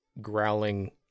growling